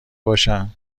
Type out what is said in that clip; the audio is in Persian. باشم